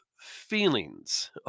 feelings